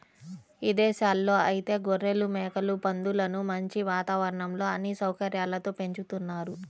ఇదేశాల్లో ఐతే గొర్రెలు, మేకలు, పందులను మంచి వాతావరణంలో అన్ని సౌకర్యాలతో పెంచుతున్నారు